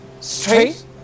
straight